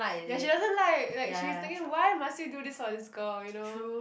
ya she doesn't like like she's thinking why must he do this for his girl you know